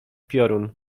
piorun